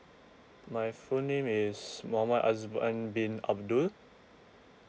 my full name is mohammad azwan bin abdul